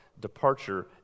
departure